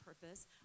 purpose